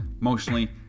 emotionally